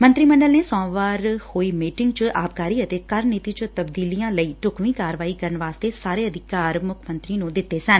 ਮੰਤਰੀ ਮੰਡਲ ਨੇ ਸੋਮਵਾਰ ਹੋਈ ਮੀਟਿੰਗ ਚ ਆਬਕਾਰੀ ਅਤੇ ਕਰ ਨੀਤੀ ਵਿਚ ਤਬਦੀਲੀਆਂ ਲਈ ਢੁਕਵੀ ਕਾਰਵਾਈ ਕਰਨ ਵਾਸਤੇ ਸਾਰੇ ਅਧਿਕਾਰ ਦਿੱਤੇ ਸਨ